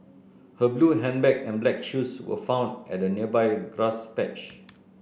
her blue handbag and black shoes were found at a nearby grass patch